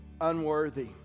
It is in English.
unworthy